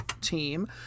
team